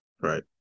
Right